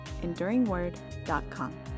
EnduringWord.com